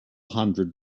hundred